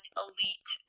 elite